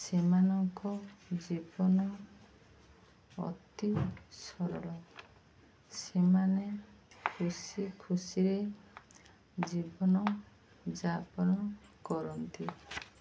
ସେମାନଙ୍କ ଜୀବନ ଅତି ସରଳ ସେମାନେ ଖୁସି ଖୁସିରେ ଜୀବନ ଯାପନ କରନ୍ତି